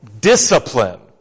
discipline